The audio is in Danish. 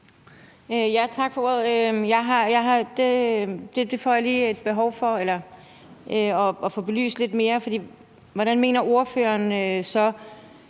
Tak for ordet. Det får jeg lige et behov for at få belyst lidt mere. For hvordan mener ordføreren så